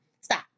Stop